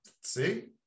see